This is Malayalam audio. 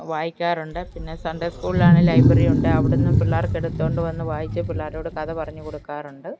വായിക്കാറുണ്ട് പിന്നെ സൺഡേ സ്കൂളിലാണെങ്കിൽ ലൈബ്രറി ഉണ്ട് അവിടുന്ന് പിള്ളേർക്ക് എടുത്തുകൊണ്ട് വന്നു വായിച്ച് പിള്ളേരോട് കഥ പറഞ്ഞു കൊടുക്കാറുണ്ട്